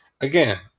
Again